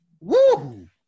Woo